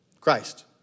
Christ